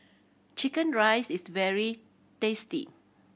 chicken rice is very tasty